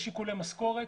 יש שיקולי משכורת,